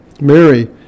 Mary